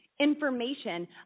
information